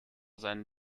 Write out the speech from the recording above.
seinen